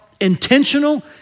intentional